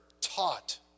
taught